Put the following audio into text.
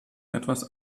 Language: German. etwas